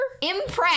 Impress